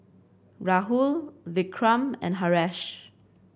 Rahul Vikram and Haresh